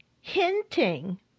hinting